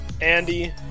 Andy